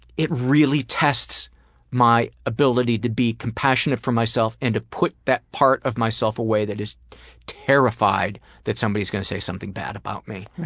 really tests my ability to be compassionate for myself and to put that part of myself away that is terrified that somebody's going to say something bad about me.